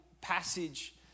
passage